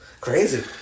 crazy